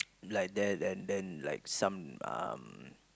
like there and then like some um